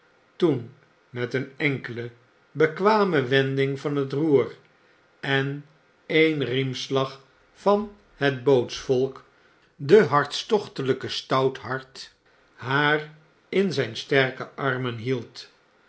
toen met een enkele bekwame wending van het roer en een riemslag van het bootsvolk de harts tochteljjke stouthart haar in zgn sterke armen hield